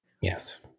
Yes